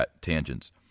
tangents